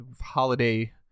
holiday